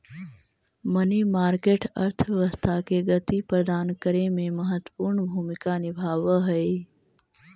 money market अर्थव्यवस्था के गति प्रदान करे में महत्वपूर्ण भूमिका निभावऽ हई